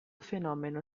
fenomeno